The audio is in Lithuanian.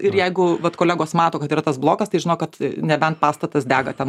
ir jeigu vat kolegos mato kad yra tas blokas tai žino kad nebent pastatas dega ten